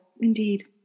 indeed